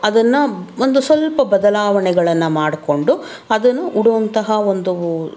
ಅದನ್ನು ಒಂದು ಸ್ವಲ್ಪ ಬದಲಾವಣೆಗಳನ್ನು ಮಾಡಿಕೊಂಡು ಅದನ್ನು ಉಡುವಂತಹ ಒಂದು